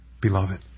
beloved